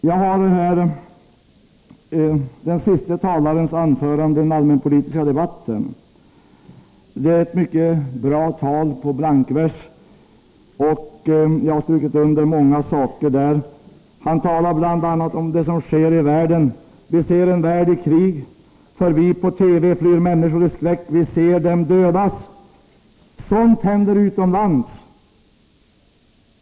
Jag har framför mig den siste talarens anförande i den allmänpolitiska debatten, ett mycket bra tal på blankvers. Jag har strukit under många saker i det. Bl. a. talar han om det som sker i världen och säger: ”Vi ser en värld i krig. Förbi på TV flyr människor i skräck. Vi ser dem dödas. Sånt händer utomlands.